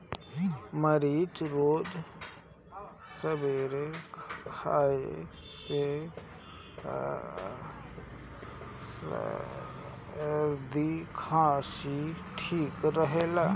मरीच रोज सबेरे खाए से सरदी खासी ठीक रहेला